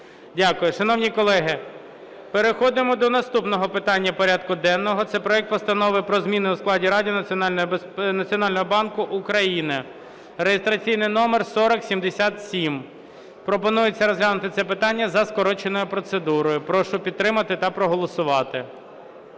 Дякую. Шановні колеги, переходимо до наступного питання порядку денного – це проект Постанови про зміни у складі Ради Національного банку України (реєстраційний номер 4077). Пропонується розглянути це питання за скороченою процедурою. Прошу підтримати та проголосувати.